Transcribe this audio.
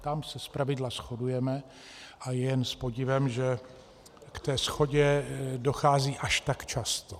Tam se zpravidla shodujeme a je jen s podivem, že ke shodě dochází až tak často.